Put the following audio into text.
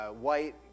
white